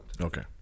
Okay